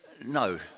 no